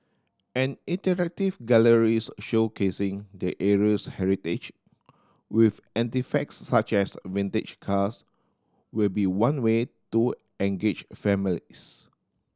an interactive galleries showcasing the area's heritage with anti facts such as vintage cars will be one way to engage families